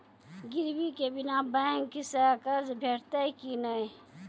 गिरवी के बिना बैंक सऽ कर्ज भेटतै की नै?